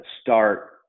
Start